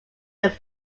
fur